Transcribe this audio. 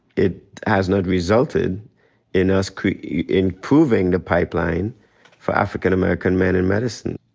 it has not resulted in us improving the pipeline for african american men in medicine.